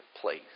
place